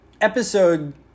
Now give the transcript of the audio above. episode